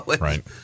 Right